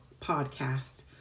podcast